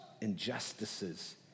injustices